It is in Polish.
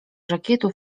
żakietu